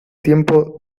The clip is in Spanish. tiempo